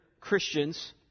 Christians